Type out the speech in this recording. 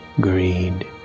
Greed